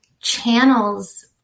channels